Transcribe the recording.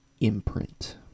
imprint